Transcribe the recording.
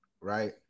right